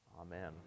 Amen